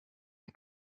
une